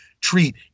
treat